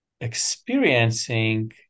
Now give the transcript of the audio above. experiencing